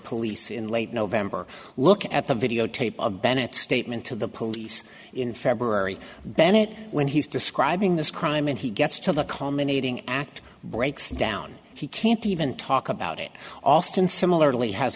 police in late november look at the videotape of bennett's statement to the police in february bennett when he's describing this crime and he gets to the commentating act breaks down he can't even talk about it alston similarly has